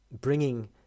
bringing